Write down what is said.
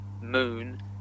moon